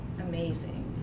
amazing